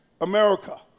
America